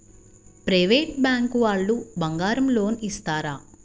Private bank వాళ్ళు బంగారం loan ఇస్తారా?